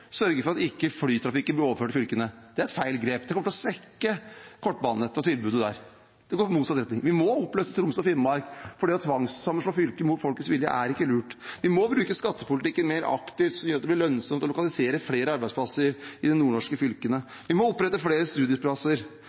sørge for at ikke flytrafikken blir overført til fylkene – det er et feilgrep, det kommer til å svekke kortbanenettet og tilbudet der. Vi har gått i motsatt retning. Vi må oppløse Troms og Finnmark, for det å tvangssammenslå fylker mot folkets vilje er ikke lurt. Vi må bruke skattepolitikken mer aktivt, noe som gjør at det blir lønnsomt å lokalisere flere arbeidsplasser i de nordnorske fylkene. Vi må opprette flere studieplasser.